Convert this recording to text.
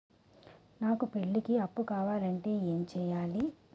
నాకు పెళ్లికి అప్పు కావాలంటే ఏం చేయాలి?